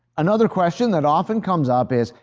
another question that often comes up is,